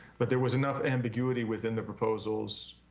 but there was enough ambiguity within the proposals